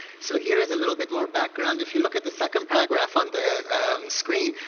so here is a little bit more background. if you look at the second paragraph on the screen,